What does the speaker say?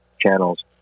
channels